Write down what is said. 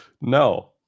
No